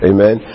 Amen